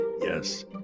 Yes